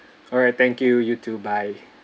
alright thank you you too bye